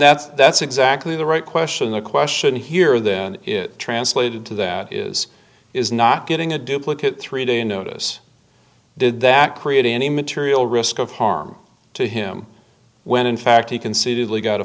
that's that's exactly the right question the question here then is translated to that is is not getting a duplicate three day notice did that create any material risk of harm to him when in fact he considerably got